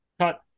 Cut